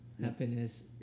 happiness